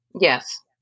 Yes